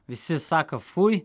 visi sako fui